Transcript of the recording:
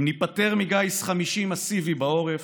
אם ניפטר מגיס חמישי מסיבי בעורף,